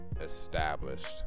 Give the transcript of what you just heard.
Established